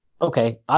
okay